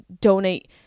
donate